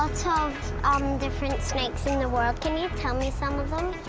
of um different snakes in the world. can you tell me some of them?